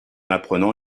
apprenant